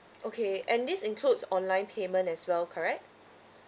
okay and this includes online payment as well correct